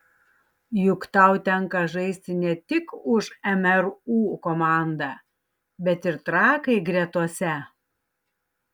juk tau tenka žaisti ne tik už mru komandą bet ir trakai gretose